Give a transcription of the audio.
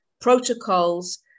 protocols